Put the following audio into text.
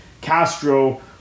Castro